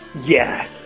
Yes